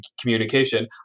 communication